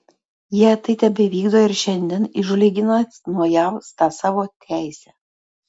jie tai tebevykdo ir šiandien įžūliai gina nuo jav tą savo teisę